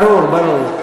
ברור, ברור.